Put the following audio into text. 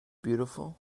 beautiful